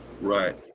Right